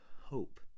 hope